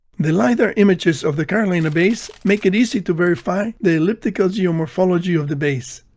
the lidar images of the carolina bays make it easy to verify the elliptical geomorphology of the bays.